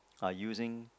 are using